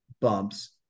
bumps